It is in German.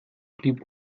blieb